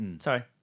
Sorry